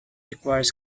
requires